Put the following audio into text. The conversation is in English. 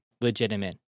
legitimate